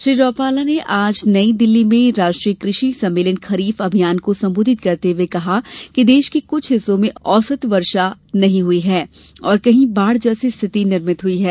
श्री रुपाला ने आज नई दिल्ली में राष्ट्रीय कृषि सम्मेलन खरीफ अभियान को सम्बोधित करते हए कहा कि देश के कृष्ठ हिस्सों में औसत वर्षा नहीं हयी है और कहीं बाढ़ जैसी स्थिति निर्मित हुई है